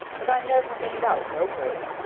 but i never made out no great.